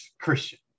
Christian